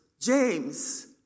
James